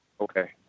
Okay